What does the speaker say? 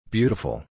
Beautiful